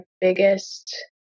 biggest